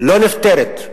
לא נפתרת.